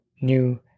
new